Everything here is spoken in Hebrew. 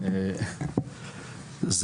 אם תשמע את העלויות שרן יוחאי מוציאה על התחרות באירופה,